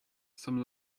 some